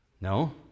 No